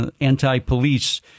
anti-police